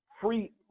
free